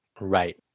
Right